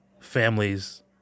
families